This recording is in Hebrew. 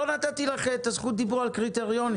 יש קריטריונים --- אבל לא נתתי לך זכות דיבור על קריטריונים.